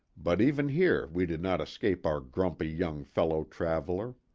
but even here we did not escape our grumpy young fellow-traveler.